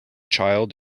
child